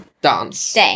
dance